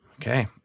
Okay